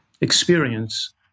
experience